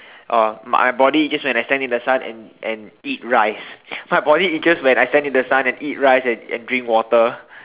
or my body itches when I stand in the sun and and eat rice my body itches when I stand in the sun and eat rice and and drink water